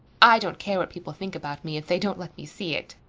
i don't care what people think about me if they don't let me see it.